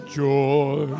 joy